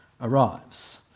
arrives